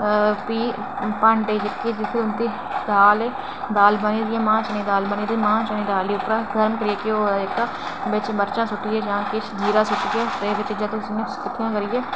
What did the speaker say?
ते भांडे जेह्की होंदी दाल मां चने दी दाल बनी दी होंदी मां चने दी दाल च जां मरचां सुट्टियै जां किश जीरा सुट्टियै ते इं'या करियै